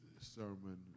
sermon